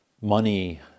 money